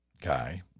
guy